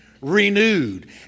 renewed